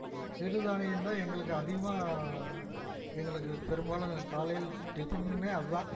எ சிறு தானியம் தான் எங்களுக்கு அதிகமாக எங்களுக்கு பெரும்பாலும் காலைக்கு டிஃபனே அதுதான்